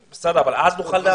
בסדר, אבל אז נוכל להבין.